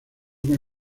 con